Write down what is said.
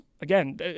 Again